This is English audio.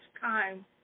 time